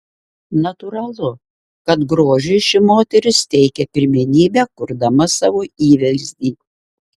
natūralu kad grožiui ši moteris teikia pirmenybę kurdama savo įvaizdį